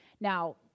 Now